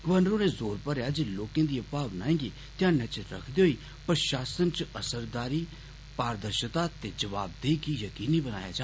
governor होरें जोर भरेआ जे लोकें दिए भावनाएं गी ध्यानै च रक्खदे होई प्रशासन च असरदारी पारदर्शिता ते जवाबदेही गी यकीनी बनाया जा